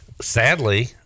sadly